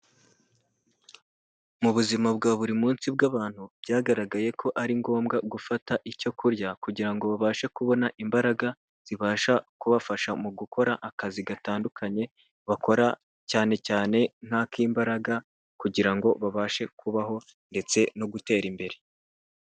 Mu buzima bwa buri munsi bw'abantu byagaragaye ko ari ngombwa gufata icyo kurya, kugira ngo babashe kubona imbaraga zibasha kubafasha mu gukora akazi gatandukanye bakora cyane cyane nk'ak'imbaraga kugira ngo babashe kubaho ndetse no gutera imbere.